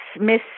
Miss